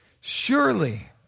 surely